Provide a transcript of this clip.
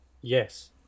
Yes